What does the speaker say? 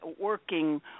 working